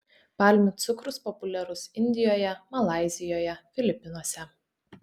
palmių cukrus populiarus indijoje malaizijoje filipinuose